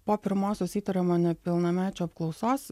po pirmosios įtariamo nepilnamečio apklausos